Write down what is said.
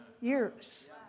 years